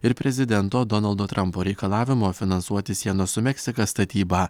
ir prezidento donaldo trampo reikalavimo finansuoti sienos su meksika statybą